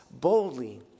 boldly